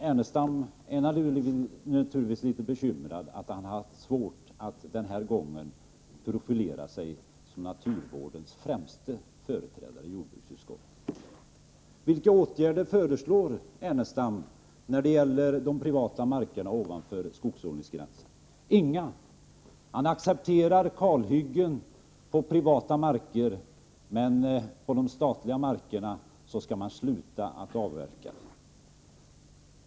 Ernestam är naturligtvis litet bekymrad för att han denna gång haft svårt att profilera sig som naturvårdens främste företrädare i jordbruksutskottet. Vilka åtgärder föreslår Lars Ernestam när det gäller de privata markerna ovanför skogsodlingsgränsen? Inga. Han accepterar kalhyggen på privata marker, men på de statliga markerna skall man sluta att avverka.